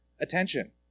attention